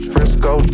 Frisco